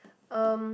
um